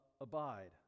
abide